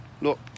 Look